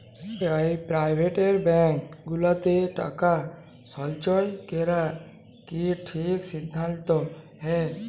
private bank গুলাতে টাকা সল্চয় ক্যরা কি ঠিক সিদ্ধাল্ত হ্যয়